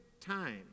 time